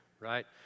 right